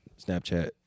Snapchat